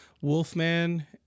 wolfman